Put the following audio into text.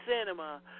Cinema